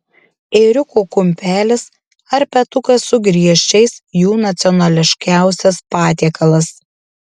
ėriuko kumpelis ar petukas su griežčiais jų nacionališkiausias patiekalas